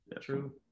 true